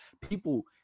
people